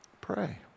Pray